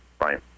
right